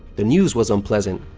the news was unpleasant,